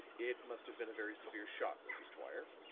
it must have been a very severe shock, mrs. dwyer,